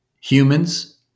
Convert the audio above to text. humans